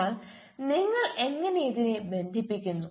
എന്നാൽ നിങ്ങൾ എങ്ങനെ ഇതിനെ ബന്ധിപ്പിക്കുന്നു